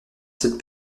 cette